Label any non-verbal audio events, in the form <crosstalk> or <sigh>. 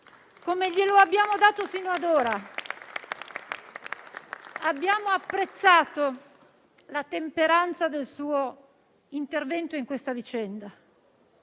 come glielo abbiamo dato fino ad ora. <applause> Abbiamo apprezzato la temperanza del suo intervento in questa vicenda,